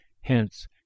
Hence